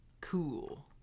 cool